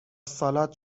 سالاد